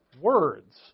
words